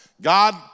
God